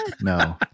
No